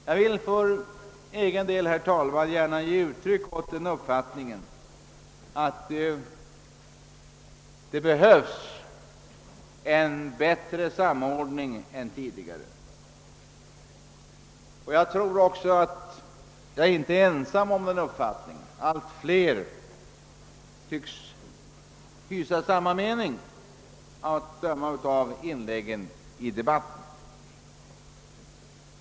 Jag vill för egen del gärna ge uttryck åt den uppfattningen att det behövs en bättre samordning än tidigare. Jag tror också att jag inte är ensam om den uppfattningen — allt fler tycks hysa samma mening, att döma av inläggen i debatten.